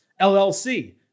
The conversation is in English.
LLC